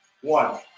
one